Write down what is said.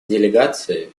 делегации